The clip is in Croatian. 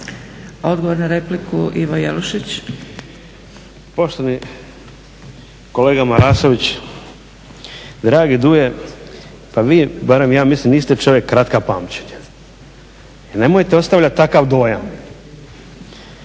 Odgovor na repliku, Ivo Jelušić. **Jelušić, Ivo (SDP)** Poštovani kolega Marasović, dragi Duje, pa vi barem ja mislim niste čovjek kratka pamćenja i nemojte ostavljat takav dojam.